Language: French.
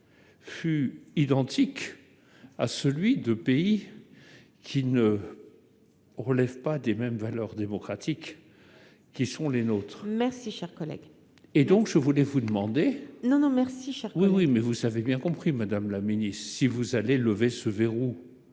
fut identique à celui de pays qui ne relèvent pas des mêmes valeurs démocratiques qui sont les nôtres, merci, cher collègue, et donc je voulais vous demander, non, non, merci, Charles, oui, oui, mais vous savez bien compris Madame la Ministre, si vous allez lever ce verrou,